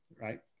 right